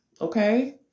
okay